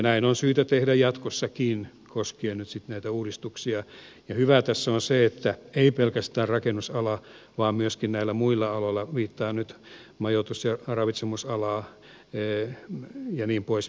näin on syytä tehdä jatkossakin koskien nyt sitten näitä uudistuksia ja hyvää tässä on se että ei pelkästään rakennusalalla vaan myöskin näillä muilla aloilla viittaan nyt majoitus ja ravitsemisalaan jnp